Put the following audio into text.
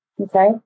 Okay